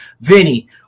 Vinny